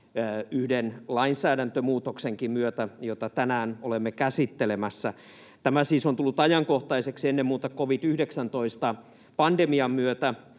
yhden lainsäädäntömuutoksenkin myötä, jota tänään olemme käsittelemässä. Tämä siis on tullut ajankohtaiseksi ennen muuta covid-19-pandemian myötä,